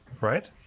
right